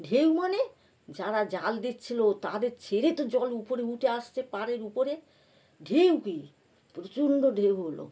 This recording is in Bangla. ঢেউ মানে যারা জাল দিচ্ছিল তাদের ছেড়ে তো জল উপরে উঠে আসছে পাড়ের উপরে ঢেউ কি প্রচণ্ড ঢেউ হলো